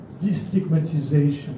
destigmatization